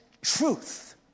truth